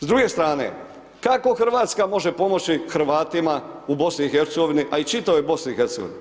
S druge strane kako Hrvatska može pomoći Hrvatima u BiH a i čitavoj BiH?